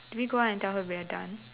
do we go out and tell her we are done